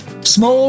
Small